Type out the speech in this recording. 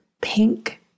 pink